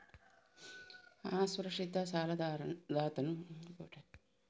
ಅಸುರಕ್ಷಿತ ಸಾಲದಾತನು ಎರವಲುಗಾರನ ಮೇಲೆ ಮೊಕದ್ದಮೆ ಹೂಡಿ ಒಪ್ಪಂದದ ಉಲ್ಲಂಘನೆಗಾಗಿ ಹಣದ ತೀರ್ಪನ್ನು ಪಡೆಯಬೇಕು